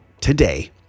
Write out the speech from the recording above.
today